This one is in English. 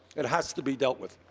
it has to be dealt with.